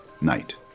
night